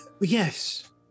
Yes